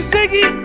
Ziggy